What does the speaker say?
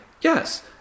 Yes